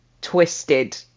twisted